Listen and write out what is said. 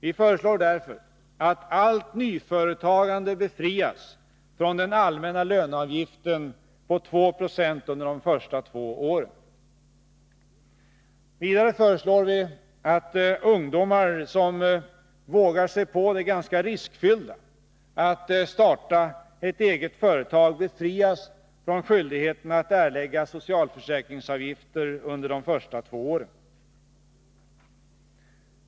Vi föreslår för den skull att allt nyföretagande befrias från den allmänna löneavgiften på 2 20 under de första två åren. Vidare föreslår vi att ungdomar som vågar sig på det ganska riskfyllda att starta ett eget företag befrias från skyldigheten att erlägga socialförsäkringsavgifter under de första två åren.